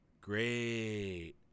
Great